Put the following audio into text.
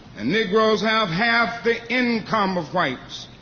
and negroes have half the income of whites.